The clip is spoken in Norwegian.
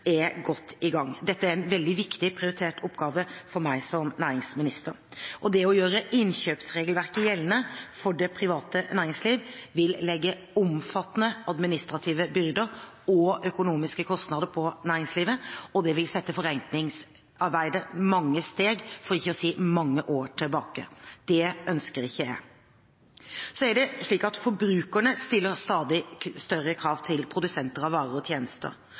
er godt i gang. Dette er en veldig viktig prioritert oppgave for meg som næringsminister. Det å gjøre innkjøpsregelverket gjeldende for det private næringsliv vil legge omfattende administrative byrder og økonomiske kostnader på næringslivet, og det vil sette forenklingsarbeidet mange steg – for ikke å si mange år – tilbake. Det ønsker ikke jeg. Så er det slik at forbrukerne stiller stadig større krav til produsenter av varer og tjenester.